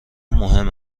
مهم